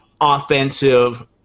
offensive